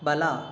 ಬಲ